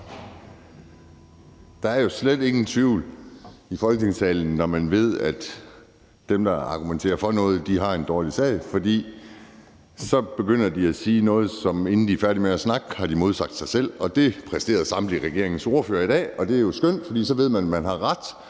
Der er jo slet ingen tvivl i Folketingssalen, når man ved, at dem, der argumenterer for noget, har en dårlig sag. For så begynder de at sige noget, og inden de er færdige med at snakke, har de modsagt sig selv. Det præsterede samtlige af regeringspartiernes ordførere i dag, og det er jo skønt, for så ved man, at man har ret.